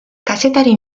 kazetari